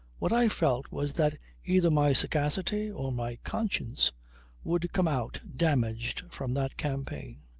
what i felt was that either my sagacity or my conscience would come out damaged from that campaign.